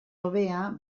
hobea